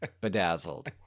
Bedazzled